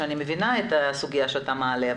ואני מבינה את הסוגיה שאתה מעלה,